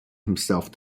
himself